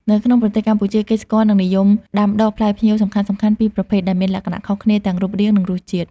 នៅក្នុងប្រទេសកម្ពុជា គេស្គាល់ និងនិយមដាំដុះផ្លែផ្ញៀវសំខាន់ៗពីរប្រភេទ ដែលមានលក្ខណៈខុសគ្នាទាំងរូបរាង និងរសជាតិ។